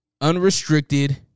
Unrestricted